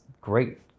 great